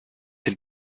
den